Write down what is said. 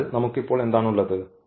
അതിനാൽ നമുക്ക് ഇപ്പോൾ എന്താണ് ഉള്ളത്